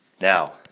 Now